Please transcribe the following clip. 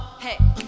Hey